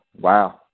Wow